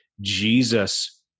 Jesus